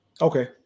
Okay